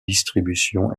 distribution